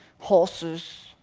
horses,